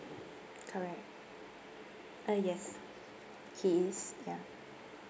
correct ah yes he is ya